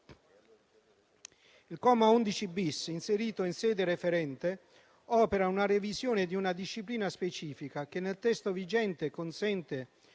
Il comma 11-*bis*, inserito in sede referente, opera la revisione di una disciplina specifica che nel testo vigente consente